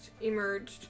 emerged